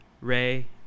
Ray